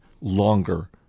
longer